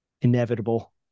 inevitable